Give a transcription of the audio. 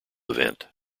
event